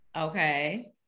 okay